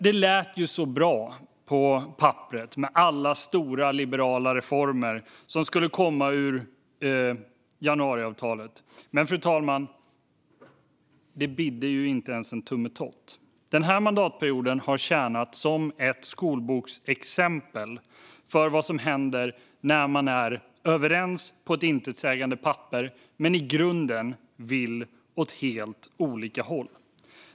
På papperet verkade det ju så bra med alla stora liberala reformer som skulle komma ur januariavtalet. Men det bidde inte ens en tummetott, fru talman. Den här mandatperioden har tjänat som ett skolboksexempel på vad som händer när man är överens på ett intetsägande papper men i grunden vill åt helt olika håll.